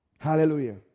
Hallelujah